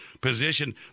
position